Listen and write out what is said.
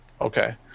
Okay